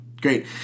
Great